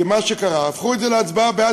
כי מה שקרה זה שהפכו את זה להצבעה בעד